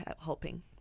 helping